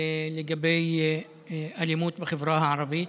לגבי אלימות בחברה הערבית.